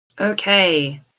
Okay